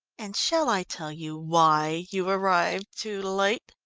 and shall i tell you why you arrived too late?